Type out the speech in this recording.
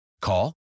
Call